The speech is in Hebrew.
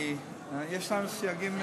זה מגיע לנשים,